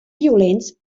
violents